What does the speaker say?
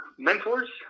Mentors